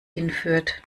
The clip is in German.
hinführt